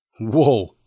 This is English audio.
Whoa